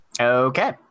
Okay